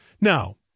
Now